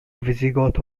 visigoth